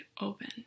open